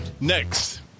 next